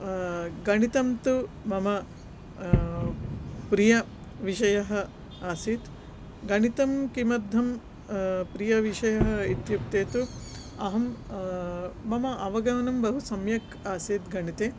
गणितं तु मम प्रियविषयः आसीत् गणितं किमर्थं प्रियविषयः इत्युक्ते तु अहं मम अवगमनं बहु सम्यक् आसीत् गणिते